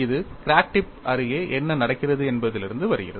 அது crack tip அருகே என்ன நடக்கிறது என்பதிலிருந்து வருகிறது